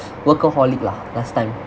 workaholic lah last time